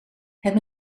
het